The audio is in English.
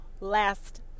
last